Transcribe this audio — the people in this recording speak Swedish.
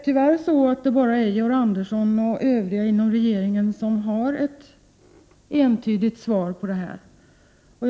Tyvärr är det bara Georg Andersson och de övriga inom regeringen som har ett entydigt svar på den frågan.